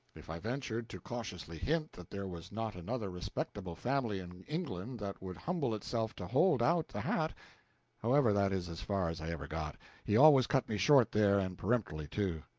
if i ventured to cautiously hint that there was not another respectable family in england that would humble itself to hold out the hat however, that is as far as i ever got he always cut me short there, and peremptorily, too.